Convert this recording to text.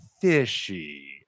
fishy